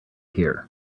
here